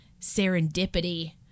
serendipity